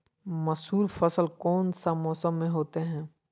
मसूर फसल कौन सा मौसम में होते हैं?